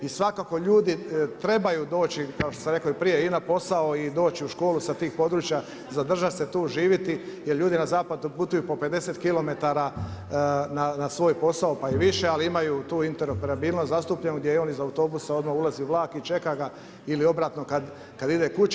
I svakako ljudi trebaju doći kao što sam rekao i prije i na posao i doći u školu sa tih područja, zadržati se tu živiti jel ljudi na zapadu putuju po 50km na svoj posao i više, ali imaju tu interoperabilnost zastupljenu gdje oni iz autobusa odmah ulazi u vlak i čega ga ili obratno kada ide kući.